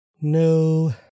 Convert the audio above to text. No